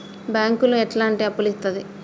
బ్యాంకులు ఎట్లాంటి అప్పులు ఇత్తది?